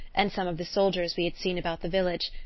and some of the soldiers we had seen about the village,